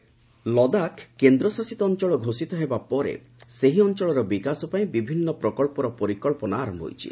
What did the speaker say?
Ladakh project Ladakh କେନ୍ଦ୍ଶାସିତ ଅଞ୍ଚଳ ଘୋଷିତ ହେବା ପରେ ସେହି ଅଞ୍ଚଳର ବିକାଶ ପାଇଁ ବିଭିନ୍ନ ପ୍ରକଳ୍ପର ପରିକଳ୍ପନା ଆରମ୍ଭ ହୋଇଛି